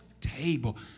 table